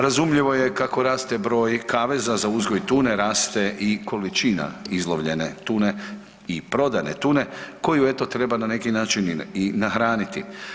Razumljivo je kako raste broj kaveza za uzgoj tune, raste i količina izlovljene tune i prodane tune koju eto treba na neki način i nahraniti.